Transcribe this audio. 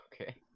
okay